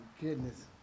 goodness